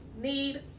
need